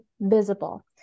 visible